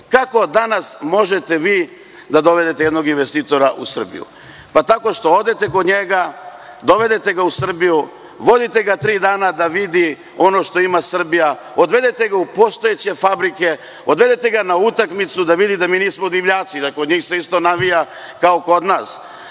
danas možete vi da dovedete jednog investitora u Srbiju? Tako što odete kod njega, dovedete ga u Srbiju, vodite ga tri dana da vidi ono što ima Srbija, odvedete ga u postojeće fabrike, odvedete ga na utakmicu da vidi da mi nismo divljaci, da se kod njih isto navija kao i kod nas,